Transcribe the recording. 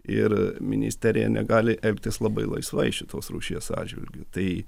ir ministerija negali elgtis labai laisvai šitos rūšies atžvilgiu tai